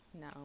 no